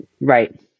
Right